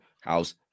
house